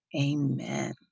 Amen